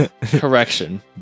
Correction